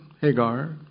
Hagar